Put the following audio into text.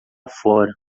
fora